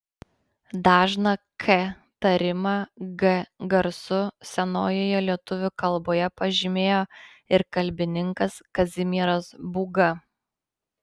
dažną k tarimą g garsu senojoje lietuvių kalboje pažymėjo ir kalbininkas kazimieras būga